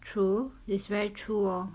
true it's very true lor